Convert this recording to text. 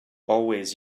always